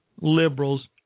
liberals